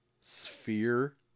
Sphere